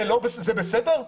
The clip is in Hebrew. זה בסדר?